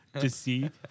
Deceit